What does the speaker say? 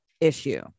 issue